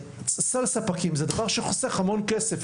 סל ספקים זה דבר שחוסך המון כסף.